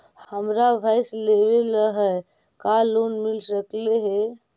हमरा भैस लेबे ल है का लोन मिल सकले हे?